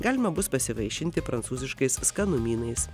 galima bus pasivaišinti prancūziškais skanumynais